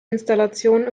installationen